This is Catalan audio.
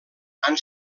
han